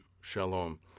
shalom